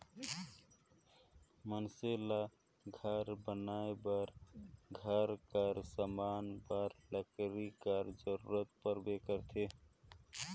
मइनसे ल घर बनाए बर, घर कर समान बर लकरी कर जरूरत परबे करथे